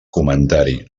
comentari